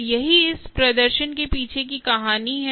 तो यही इस प्रदर्शन के पीछे की कहानी है